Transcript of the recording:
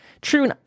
true